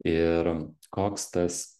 ir koks tas